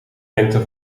lengte